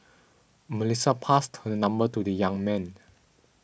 Melissa passed her number to the young man